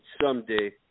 someday